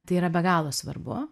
tai yra be galo svarbu